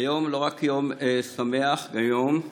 היום לא רק יום שמח, גם יום זיכרון: